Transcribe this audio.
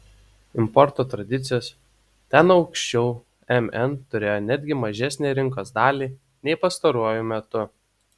importo tradicijos ten anksčiau mn turėjo netgi mažesnę rinkos dalį nei pastaruoju metu